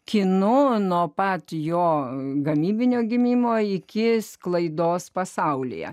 kinu nuo pat jo gamybinio gimimo iki sklaidos pasaulyje